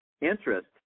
Interest